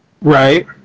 Right